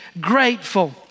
grateful